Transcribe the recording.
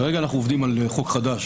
אנחנו חוזרים לטבריה.